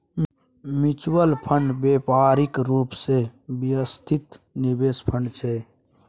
mutual fund व्यावसायिक रूप सँ व्यवस्थित निवेश फंड छै